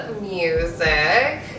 music